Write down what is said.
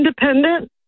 independent